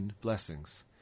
blessings